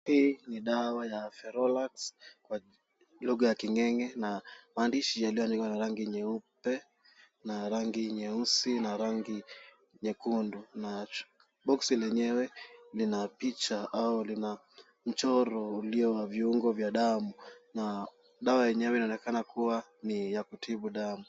Hii ni dawa ya Ferolax kwa lugha ya Kinge'nge na maandishi yaliyoandikwa na rangi nyeupe na rangi nyeusi na rangi nyekundu. Boksi lenyewe lina picha au lina mchoro ulio wa viungo vya damu na dawa yenyewe inaonekana kuwa ni ya kutibu damu.